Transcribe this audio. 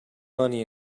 money